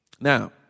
Now